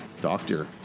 Doctor